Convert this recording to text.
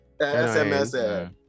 SMS